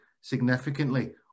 significantly